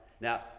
Now